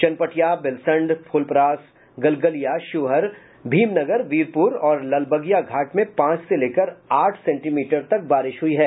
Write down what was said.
चनपटिया बेलसंड फ्लपरास गलगलिया शिवहर भीमनगर वीरपूर और लालबगिया घाट में पांच से लेकर आठ सेंटीमीटर तक बारिश हुई है